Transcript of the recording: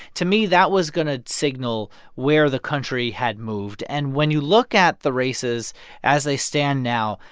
to me, that was going to signal where the country had moved. and when you look at the races as they stand now,